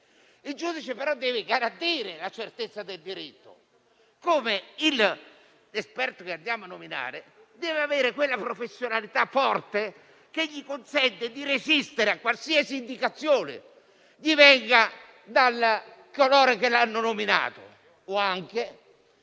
Il giudice, però, deve garantire la certezza del diritto, come l'esperto che andiamo a nominare deve avere quella professionalità forte che gli consente di resistere a qualsiasi indicazione gli venga da coloro che l'hanno nominato.